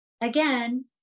Again